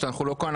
כשאנחנו לא כאן,